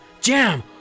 jam